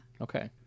okay